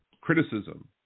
criticism